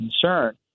concern